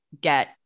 get